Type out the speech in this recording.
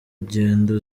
ingendo